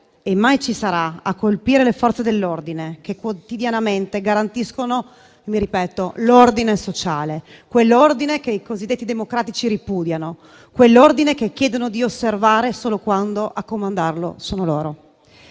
e mai ci sarà - a colpire le Forze dell'ordine che quotidianamente garantiscono - mi ripeto - l'ordine sociale; quell'ordine che i cosiddetti democratici ripudiano; quell'ordine che chiedono di osservare solo quando a comandarlo sono loro.